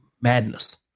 madness